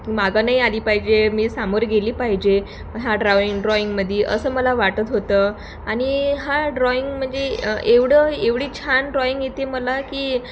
मागं नाही आली पाहिजे मी समोर गेली पाहिजे हा ड्राईंग ड्रॉईंगमध्ये असं मला वाटत होतं आणि हा ड्रॉईंग म्हणजे एवढं एवढी छान ड्रॉईंग येते मला की